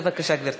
בבקשה, גברתי.